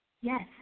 yes